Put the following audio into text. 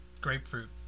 grapefruit